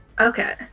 Okay